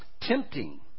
tempting